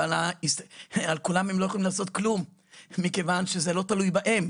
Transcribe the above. אבל על כולם הם לא יכולים לעשות כלום כיוון שזה לא תלוי בהם.